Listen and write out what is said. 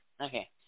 Okay